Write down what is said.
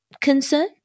concern